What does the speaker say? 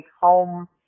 home